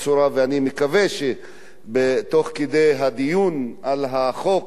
ואני מקווה שתוך כדי הדיון על החוק